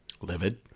livid